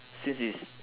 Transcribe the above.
since it's